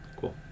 Cool